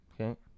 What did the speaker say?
Okay